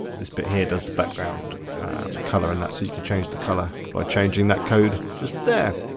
this bit here does the background colour and that so you can change the colour by changing that code, just there.